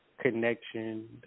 connection